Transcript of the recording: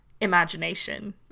imagination